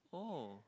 oh